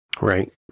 Right